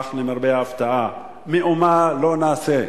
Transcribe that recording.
אך למרבה ההפתעה מאומה לא נעשה.